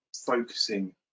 focusing